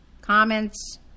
comments